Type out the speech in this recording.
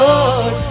Lord